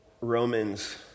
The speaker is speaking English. Romans